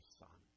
son